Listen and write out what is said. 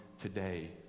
today